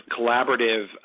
collaborative